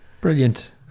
brilliant